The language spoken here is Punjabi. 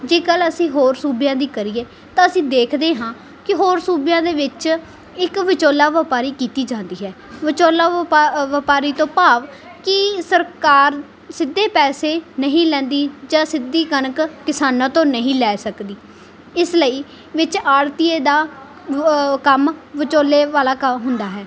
ਜੇ ਗੱਲ ਅਸੀਂ ਹੋਰ ਸੂਬਿਆਂ ਦੀ ਕਰੀਏ ਤਾਂ ਅਸੀਂ ਦੇਖਦੇ ਹਾਂ ਕੀ ਹੋਰ ਸੂਬਿਆਂ ਦੇ ਵਿੱਚ ਇੱਕ ਵਿਚੋਲਾ ਵਪਾਰੀ ਕੀਤੀ ਜਾਂਦੀ ਹੈ ਵਿਚੋਲਾ ਵਪਾ ਵਪਾਰੀ ਤੋਂ ਭਾਵ ਕੀ ਸਰਕਾਰ ਸਿੱਧੇ ਪੈਸੇ ਨਹੀਂ ਲੈਂਦੀ ਜਾਂ ਸਿੱਧੀ ਕਣਕ ਕਿਸਾਨਾਂ ਤੋਂ ਨਹੀਂ ਲੈ ਸਕਦੀ ਇਸ ਲਈ ਵਿੱਚ ਆੜ੍ਹਤੀਏ ਦਾ ਕੰਮ ਵਿਚੋਲੇ ਵਾਲਾ ਹੁੰਦਾ ਹੈ